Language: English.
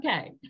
okay